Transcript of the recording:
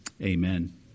amen